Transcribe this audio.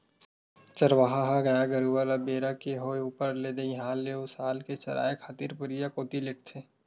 चरवाहा ह गाय गरु ल बेरा के होय ऊपर ले दईहान ले उसाल के चराए खातिर परिया कोती लेगथे